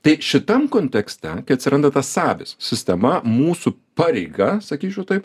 tai šitam kontekste kai atsiranda tai sabis sistema mūsų pareiga sakyčiau taip